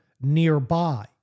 nearby